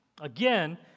Again